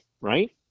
right